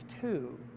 two